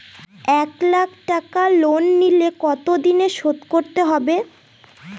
এক লাখ টাকা লোন নিলে কতদিনে শোধ করতে হবে?